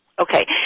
Okay